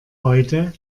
heute